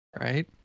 Right